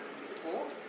support